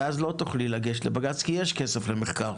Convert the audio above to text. ואז לא תוכלי לגשת לבג"ץ, כי יש כסף למחקר.